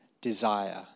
desire